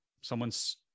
Someone's